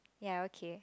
ya okay